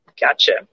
Gotcha